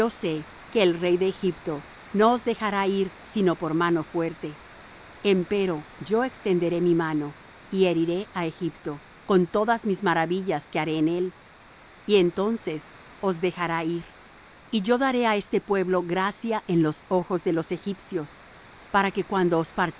que el rey de egipto no os dejará ir sino por mano fuerte empero yo extenderé mi mano y heriré á egipto con todas mis maravillas que haré en él y entonces os dejará ir y yo daré á este pueblo gracia en los ojos de los egipcios para que cuando